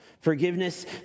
Forgiveness